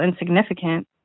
insignificant